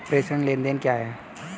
प्रेषण लेनदेन क्या है?